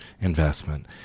investment